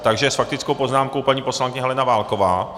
Takže s faktickou poznámkou paní poslankyně Helena Válková.